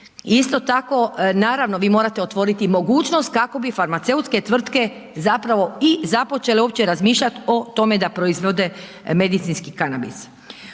Isto tako, naravno, vi morate otvoriti mogućnost kako bi farmaceutske tvrtke zapravo i započele uopće razmišljat o tome da proizvode medicinski kanabis.